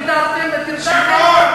שמעון,